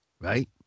right